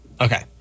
Okay